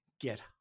get